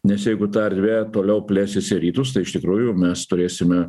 nes jeigu ta erdvė toliau plėsis į rytus tai iš tikrųjų mes turėsime